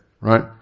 Right